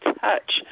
touch